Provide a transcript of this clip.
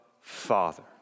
Father